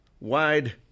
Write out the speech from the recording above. wide